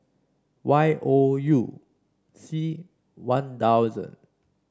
Y O U C One Thousand